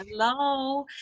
Hello